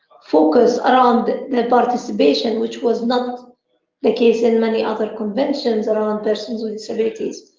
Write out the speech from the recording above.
focus around the participation, which was not the case in many other conventions around persons with disabilities.